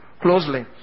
closely